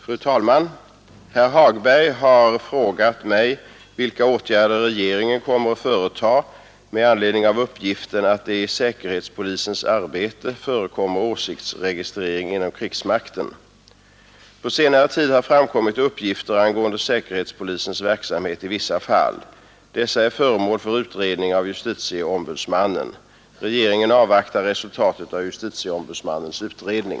Fru talman! Herr Hagberg har frågat mig vilka åtgärder regeringen kommer att företaga med anledning av uppgiften att det i säkerhetspolisens arbete förekommer åsiktsregistrering inom krigsmakten. På senare tid har framkommit uppgifter angående säkerhetspolisens verksamhet i vissa fall. Dessa är föremål för utredning av justitieombudsmannen. Regeringen avvaktar resultatet av justitieombudsmannens utredning.